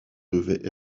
devaient